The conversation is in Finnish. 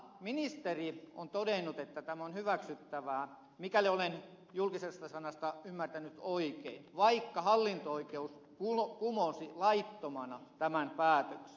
ministeri on todennut että tämä on hyväksyttävää mikäli olen julkisesta sanasta ymmärtänyt oikein vaikka hallinto oikeus kumosi laittomana tämän päätöksen